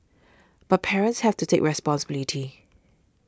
but parents have to take responsibility